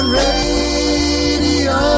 radio